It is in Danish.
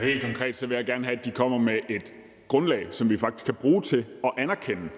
Helt konkret vil jeg gerne have, at de kommer med et grundlag, som vi faktisk kan bruge til at anerkende